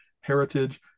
heritage